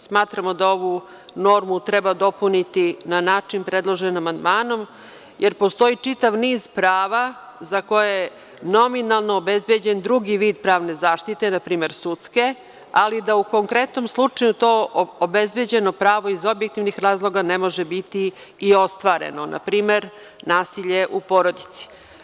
Smatramo da ovu normu treba dopuniti na način predložen amandmanom, jer postoji čitav niz prava za koje je nominalno obezbeđen drugi vid pravne zaštite, na primer sudske, ali da u konkretnom slučaju to obezbeđeno pravo iz objektivnih razloga ne može biti i ostvareno, na primer nasilje u porodici.